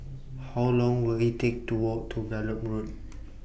How Long Will IT Take to Walk to Gallop Road